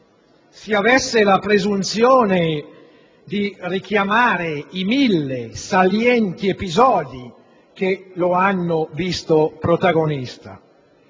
si avesse la presunzione di richiamare i mille salienti episodi che lo hanno visto protagonista: